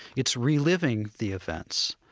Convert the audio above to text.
it's reliving the events.